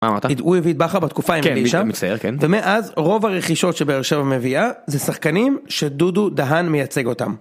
הוא הביא את בכר בתקופה עם.. ומאז רוב הרכישות שבאר שבע מביאה זה שחקנים שדודו דהן מייצג אותם.